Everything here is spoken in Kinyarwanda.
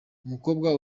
umukobwa